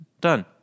Done